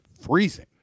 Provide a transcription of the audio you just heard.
freezing